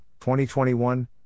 2021